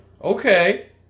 okay